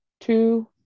two